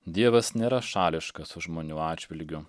dievas nėra šališkas žmonių atžvilgiu